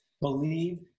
Believe